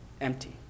empty